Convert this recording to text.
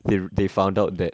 they they found out that